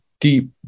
deep